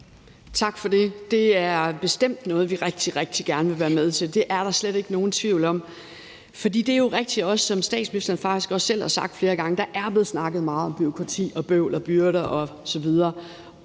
Tak for det. Det er bestemt noget, vi rigtig, rigtig gerne vil være med til. Det er der slet ikke nogen tvivl om. For det er jo rigtigt, som statsministeren faktisk også selv har sagt flere gange, at der er blevet snakket meget om bureaukrati, bøvl, byrder osv.